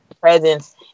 presence